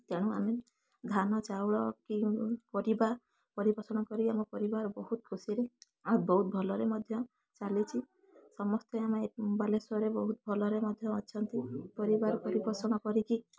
ତେଣୁ ଆମେ ଧାନ ଚାଉଳ କି ପରିବା ପରିପୋଷଣ କରି ଆମ ପରିବାର ବହୁତ ଖୁସିରେ ଆଉ ବହୁତ ଭଲରେ ମଧ୍ୟ ଚାଲିଛି ସମସ୍ତେ ଆମେ ବାଲେଶ୍ୱରରେ ବହୁତ ଭଲରେ ମଧ୍ୟ ଅଛନ୍ତି ପରିବାର ପରିପୋଷଣ କରିକି